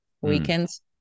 Weekends